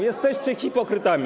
Jesteście hipokrytami.